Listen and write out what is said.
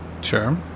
Sure